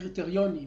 הקריטריונים.